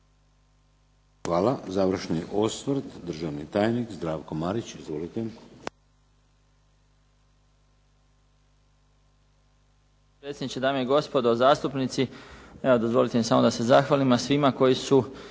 Hvala. Završni osvrt državni tajnik Zdravko Marić. Izvolite.